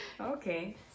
Okay